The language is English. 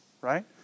right